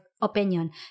opinion